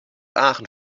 aachen